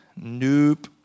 nope